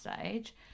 stage